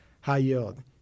high-yield